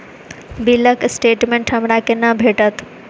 बिलक स्टेटमेंट हमरा केना भेटत?